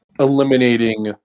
eliminating